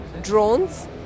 drones